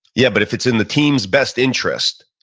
yeah but if it's in the team's best interest,